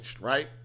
right